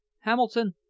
Hamilton